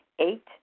Eight